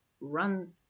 run